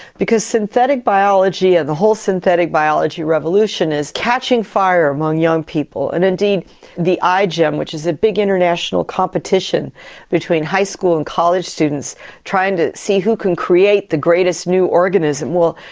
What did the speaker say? because synthetic biology and the whole synthetic biology revolution is catching fire among young people, and indeed the igem, which is a big international competition between high school and college students trying to see who can create the greatest new organism, well,